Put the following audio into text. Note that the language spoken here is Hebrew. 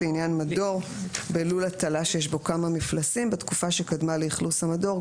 לעניין מדור בלול הטלה שיש בו כמה מפלסים בתקופה שקדמה לאכלוס המדור,